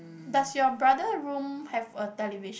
does your brother room have a television